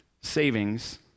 savings